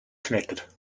connected